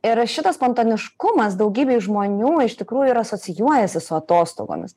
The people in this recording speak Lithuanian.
ir šitas spontaniškumas daugybei žmonių iš tikrųjų ir asocijuojasi su atostogomis